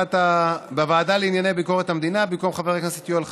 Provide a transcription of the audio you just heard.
בוועדה לענייני ביקורת המדינה: במקום חבר הכנסת יואל חסון,